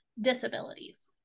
disabilities